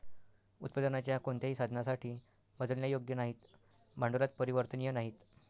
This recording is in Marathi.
उत्पादनाच्या कोणत्याही साधनासाठी बदलण्यायोग्य नाहीत, भांडवलात परिवर्तनीय नाहीत